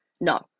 no